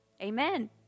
Amen